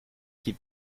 qu’il